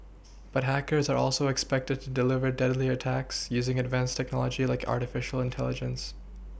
but hackers are also expected to deliver deadlier attacks using advanced technology like artificial intelligence